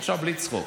עכשיו בלי צחוק.